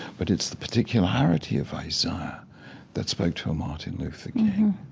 but it's the particularity of isaiah that spoke to martin luther king.